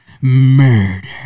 murder